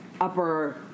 upper